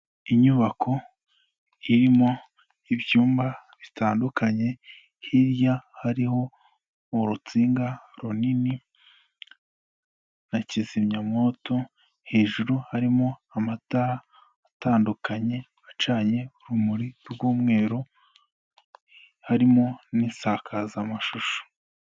Inyubako irimo ibyumba bitandukanye, hirya hariho urutsinga runini na kizimyamwoto, hejuru harimo amatara atandukanye acanye urumuri rw'umweru, harimo n'insakazamashusho.